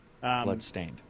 bloodstained